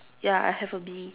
ya I have a bee